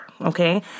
Okay